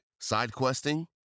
SideQuesting